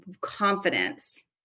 confidence